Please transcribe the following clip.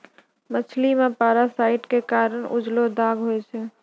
मछली मे पारासाइट क कारण उजलो दाग होय छै